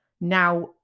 now